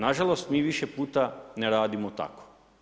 Nažalost mi više puta ne radimo tako.